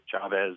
Chavez